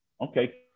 Okay